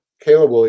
Caleb